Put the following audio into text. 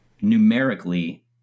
numerically